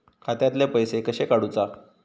खात्यातले पैसे कशे काडूचा?